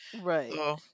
right